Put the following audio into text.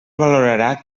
valorarà